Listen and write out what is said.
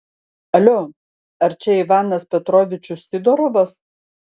alio ar čia ivanas petrovičius sidorovas